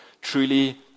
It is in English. truly